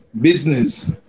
Business